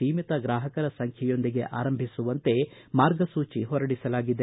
ಸೀಮಿತ ಗ್ರಾಪಕರ ಸಂಖ್ಯೆಯೊಂದಿಗೆ ಆರಂಭಿಸುವಂತೆ ಮಾರ್ಗಸೂಚಿ ಹೊರಡಿಸಲಾಗಿದೆ